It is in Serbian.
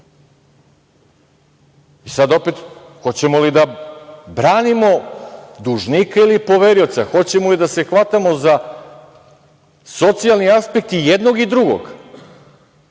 sad opet, hoćemo li da branimo dužnika ili poverioca? Hoćemo li da se hvatamo za socijalni aspekt i jednog i drugog?